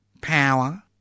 Power